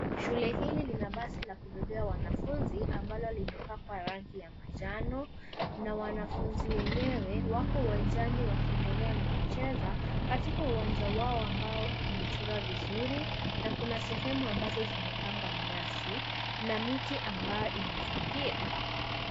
Shule hili lina basi la kubebea wanafunzi ambalo limepakwa rangi ya manjano na wanafunzi wenyewe wako uwanjani wakiendelea na kucheza, katika uwanja wao ambao umechorwa vzuri na kuna sehemu ambazo zimepangwa nyasi na miti ambayo imezingira.